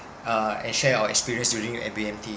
uh and share our experience during B_M_T